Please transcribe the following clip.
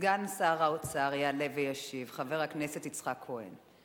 סגן שר האוצר חבר הכנסת יצחק כהן יעלה וישיב.